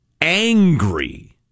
angry